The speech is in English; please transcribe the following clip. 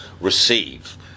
receive